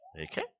Okay